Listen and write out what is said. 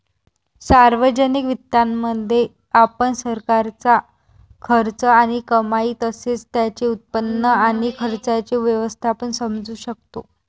सार्वजनिक वित्तामध्ये, आपण सरकारचा खर्च आणि कमाई तसेच त्याचे उत्पन्न आणि खर्चाचे व्यवस्थापन समजू शकतो